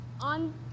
on